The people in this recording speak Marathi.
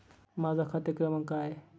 माझा खाते क्रमांक काय आहे?